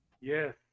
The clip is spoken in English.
Yes